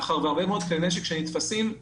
מאחר והרבה מאוד כלי נשק שנתפסים הם